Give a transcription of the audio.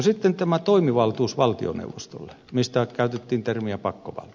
sitten tämä toimivaltuus valtioneuvostolle josta käytettiin termiä pakkovalta